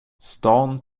stan